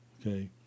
Okay